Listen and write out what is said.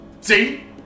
See